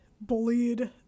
bullied